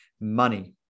money